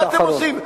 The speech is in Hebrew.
מה אתם עושים?